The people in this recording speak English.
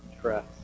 trust